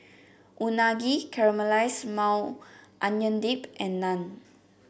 Unagi Caramelized Maui Onion Dip and Naan